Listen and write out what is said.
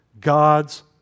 God's